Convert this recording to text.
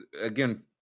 again